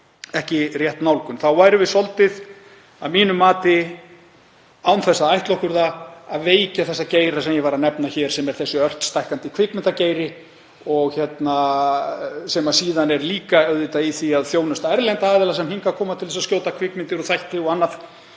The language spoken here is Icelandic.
ekki rétt nálgun. Þá værum við svolítið að mínu mati, án þess að ætla okkur það, að veikja þá geira sem ég var að nefna hér, sem er þessi ört stækkandi kvikmyndageiri, sem er síðan líka í því að þjónusta erlenda aðila sem hingað koma til að taka upp kvikmyndir og þætti og annað.